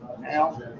now